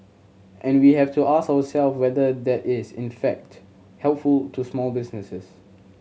and we have to ask ourselves whether that is in fact helpful to small businesses